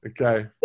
Okay